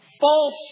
false